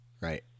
Right